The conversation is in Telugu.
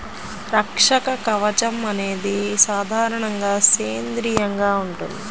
రక్షక కవచం అనేది సాధారణంగా సేంద్రీయంగా ఉంటుంది